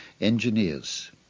engineers